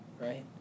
right